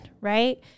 Right